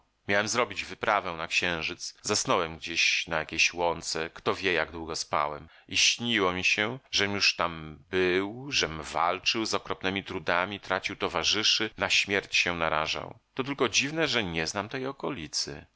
miałem zrobić wyprawę na księżyc zasnąłem gdzieś na jakiejś łące kto wie jak długo spałem i śniło mi się żem już tam był żem walczył z okropnemi trudami tracił towarzyszy na śmierć się narażał to tylko dziwne że nie znam tej okolicy